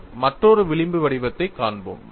நாம் மற்றொரு விளிம்பு வடிவத்தைக் காண்போம்